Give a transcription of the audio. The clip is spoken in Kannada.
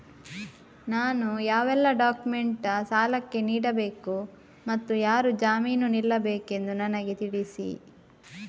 ನಾನು ಯಾವೆಲ್ಲ ಡಾಕ್ಯುಮೆಂಟ್ ಆ ಸಾಲಕ್ಕೆ ನೀಡಬೇಕು ಮತ್ತು ಯಾರು ಜಾಮೀನು ನಿಲ್ಲಬೇಕೆಂದು ನನಗೆ ತಿಳಿಸಿ?